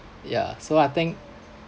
yeah so I think